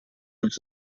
ulls